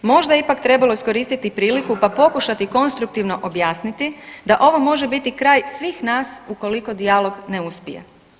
Možda je ipak trebalo iskoristiti priliku pa pokušati konstruktivno objasniti da ovo može biti kraj svih nas ukoliko dijalog ne uspije.